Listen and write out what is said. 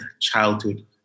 childhood